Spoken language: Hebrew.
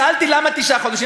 שאלתי: למה תשעה חודשים?